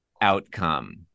outcome